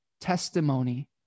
testimony